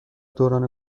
دوران